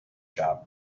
shop